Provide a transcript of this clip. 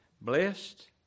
Blessed